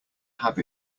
have